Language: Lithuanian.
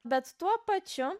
bet tuo pačiu